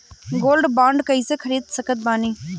Gold bond कईसे खरीद सकत बानी?